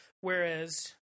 Whereas